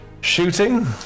shooting